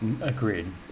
Agreed